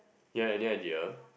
you have any idea